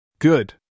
Good